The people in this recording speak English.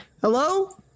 Hello